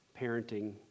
parenting